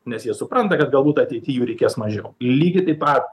nes jie supranta kad galbūt ateity jų reikės mažiau lygiai taip pat